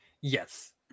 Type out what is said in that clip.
yes